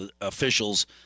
officials